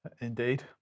indeed